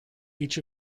each